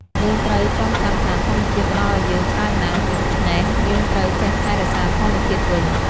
យើងត្រូវចងចាំថាធម្មជាតិផ្តល់ឱ្យយើងច្រើនណាស់ ដូច្នេះយើងត្រូវចេះថែរក្សាធម្មជាតិវិញ។